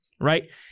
right